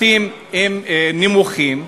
בתים נמוכים,